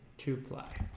to play.